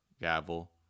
gavel